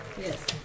Yes